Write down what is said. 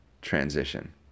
transition